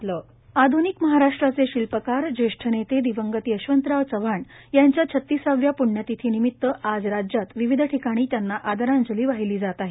यशवंतराव चव्हाण प्ण्यतिथी आध्निक महाराष्ट्राचे शिल्पकार ज्येष्ठ नेते दिवंगत यशवंतराव चव्हाण यांच्या छत्तीसाव्या प्ण्यतिथी निमित्त आज राज्यात विविध ठिकाणी त्यांना आदरांजली वाहिली जात आहे